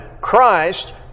Christ